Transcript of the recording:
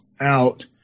out